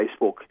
Facebook